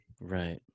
Right